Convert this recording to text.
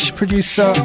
producer